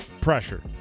pressure